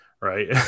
right